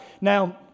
Now